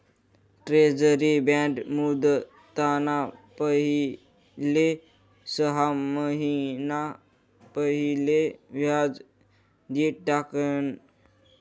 treasury bond मुदतना पहिले सहा महिना पहिले व्याज दि टाकण